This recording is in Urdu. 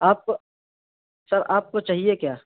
آپ کو سر آپ کو چاہیے کیا